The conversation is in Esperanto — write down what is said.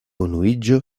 unuiĝo